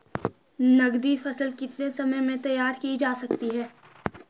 नगदी फसल कितने समय में तैयार की जा सकती है?